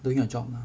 doing your job